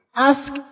ask